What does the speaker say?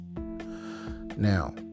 Now